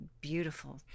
beautiful